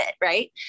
Right